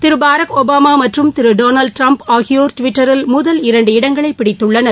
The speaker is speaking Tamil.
திரு பராக் ஒபாமா மற்றும் திரு டொனால்டு டிரம்ப் ஆகியோர் டுவிட்டரில் முதல் இரண்டு இடங்களை பிடித்துள்ளனர்